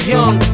Young